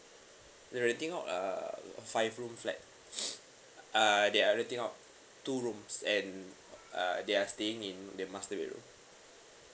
renting out uh five room flat uh they are renting out two rooms and uh they are staying in their master bedroom